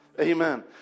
Amen